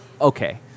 okay